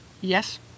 Yes